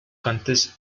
cantes